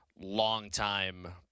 long-time